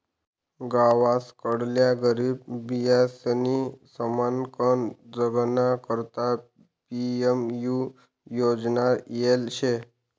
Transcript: गावसकडल्या गरीब बायीसनी सन्मानकन जगाना करता पी.एम.यु योजना येल शे